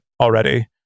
already